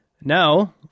Now